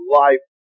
life